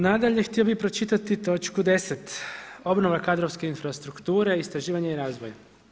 Nadalje htio bih pročitati točku 10., obnova kadrovske infrastrukture, istraživanje i razvoj.